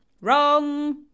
Wrong